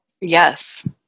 Yes